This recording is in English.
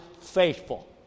faithful